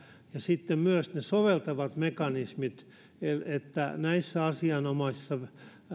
ja sitten myös niiden soveltavien mekanismien pitäisi olla selkeät että näissä asianomaisissa